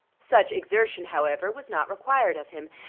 such exertion, however, was not required of him.